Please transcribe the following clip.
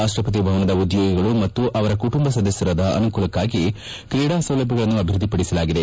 ರಾಷ್ಟಪತಿ ಭವನದ ಉದ್ಯೋಗಿಗಳು ಮತ್ತು ಅವರ ಕುಟುಂಬ ಸದಸ್ಯರ ಅನುಕೂಲಕ್ಕಾಗಿ ಕ್ರೀಡಾ ಸೌಲಭ್ಯಗಳನ್ನು ಅಭಿವೃದ್ಧಿಪಡಿಸಲಾಗಿದೆ